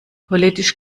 politisch